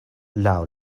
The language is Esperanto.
laŭ